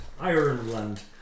Ireland